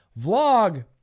vlog